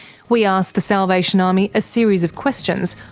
we asked the salvation army a series of questions,